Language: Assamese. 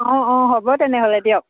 অঁ অঁ হ'ব তেনেহ'লে দিয়ক